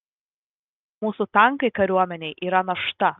mūsų tankai kariuomenei yra našta